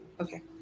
Okay